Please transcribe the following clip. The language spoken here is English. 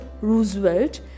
Roosevelt